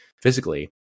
physically